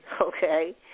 Okay